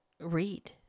read